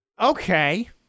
Okay